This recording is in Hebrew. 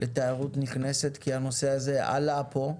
לתיירות נכנסת כי הנושא הזה עלה פה.